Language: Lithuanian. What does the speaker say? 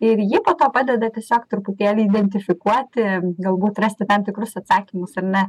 ir ji po to padeda tiesiog truputėlį identifikuoti galbūt rasti tam tikrus atsakymus ar ne